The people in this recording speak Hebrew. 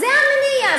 זה המניע.